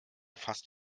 fast